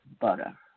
butter